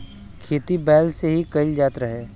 खेती बैल से ही कईल जात रहे